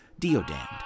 Diodand